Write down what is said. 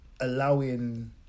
allowing